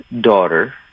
daughter